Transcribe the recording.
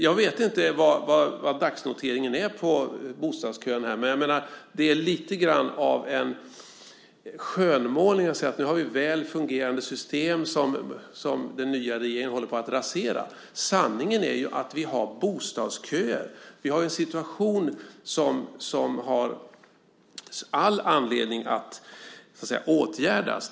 Jag vet inte vad dagsnoteringen är på bostadskön, men det är lite grann av en skönmålning att säga att vi nu har väl fungerande system som den nya regeringen håller på att rasera. Sanningen är ju att vi har bostadsköer. Vi har en situation som det finns all anledning att åtgärda.